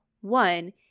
one